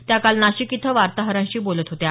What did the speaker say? त्या काल नाशिक इथं वार्ताहरांशी बोलत होत्या